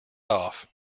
off